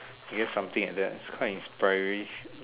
guess something like that it's quite inspiring